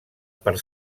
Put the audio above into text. per